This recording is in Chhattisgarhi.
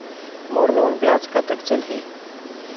मोर लोन ब्याज कतेक चलही?